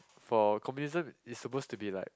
for communism is suppose to be like